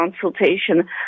consultation